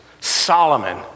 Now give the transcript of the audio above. Solomon